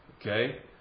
Okay